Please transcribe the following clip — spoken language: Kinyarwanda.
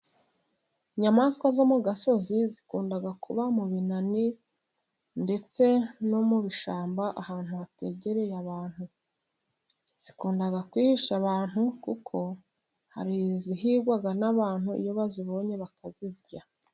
Inyamaswa zo mu gasozi zikunda kuba mu binani, ndetse no mu bishyamba ahantu hategereye abantu, zikunda kwihisha abantu kuko zihigwa n'abantu iyo bazibonye bakazirya.